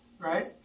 right